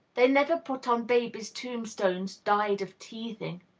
they never put on babies' tombstones died of teething.